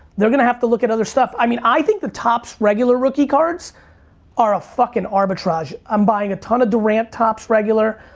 they're gonna have to look at other stuff. i mean, i think the topps regular rookie cards are a fucking arbitrage. i'm buying a ton of durant topps regular.